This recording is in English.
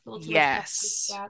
yes